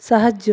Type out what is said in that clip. ସାହାଯ୍ୟ